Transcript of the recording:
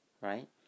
Right